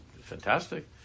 fantastic